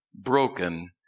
broken